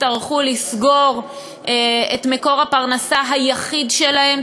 יצטרכו לסגור את מקור הפרנסה היחיד שלהם.